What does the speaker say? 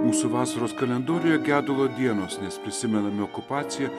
mūsų vasaros kalendoriuje gedulo dienos nes prisimename okupaciją